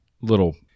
little